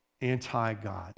anti-God